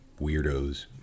weirdos